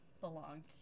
belonged